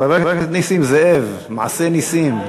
חבר הכנסת נסים זאב, מעשה נסים.